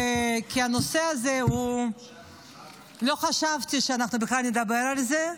כי הנושא הזה, לא חשבתי שבכלל נדבר על זה,